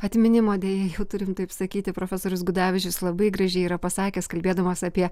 atminimo deja turim taip sakyti profesorius gudavičius labai gražiai yra pasakęs kalbėdamas apie